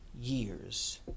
years